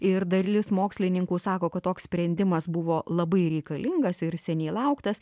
ir dalis mokslininkų sako kad toks sprendimas buvo labai reikalingas ir seniai lauktas